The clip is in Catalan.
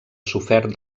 sofert